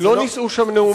לא נישאו שם נאומים,